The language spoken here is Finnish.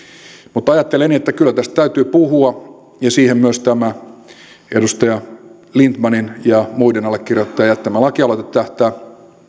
mutta ajattelen että kyllä tästä täytyy puhua ja siihen myös tämä edustaja lindtmanin ja muiden allekirjoittajien jättämä lakialoite tähtää